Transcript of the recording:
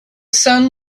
sun